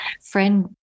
friend